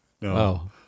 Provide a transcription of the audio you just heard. No